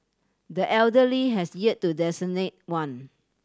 the elder Lee has yet to designate one